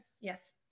Yes